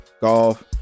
golf